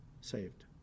saved